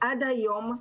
עד היום,